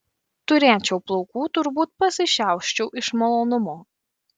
turėčiau plaukų turbūt pasišiauščiau iš malonumo